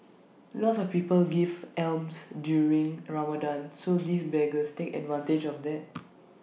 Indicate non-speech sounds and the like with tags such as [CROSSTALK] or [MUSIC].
lots of people give alms during Ramadan so [NOISE] these beggars take advantage of that [NOISE]